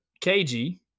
KG